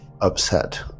upset